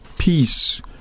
Peace